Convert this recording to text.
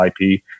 IP